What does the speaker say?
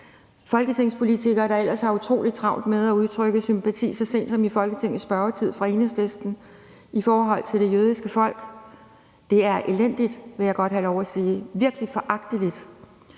folketingspolitikere, der ellers har utrolig travlt med at udtrykke sympati – f.eks. så sent som i Folketingets spørgetid fra Enhedslistens side – i forhold til det jødiske folk? Så det er elendigt, vil jeg godt have lov at sige. Det er virkelig foragteligt.